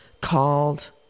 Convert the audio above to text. called